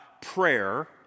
prayer